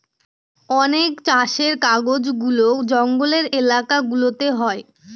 অনেক চাষের কাজগুলা জঙ্গলের এলাকা গুলাতে হয়